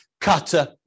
cutter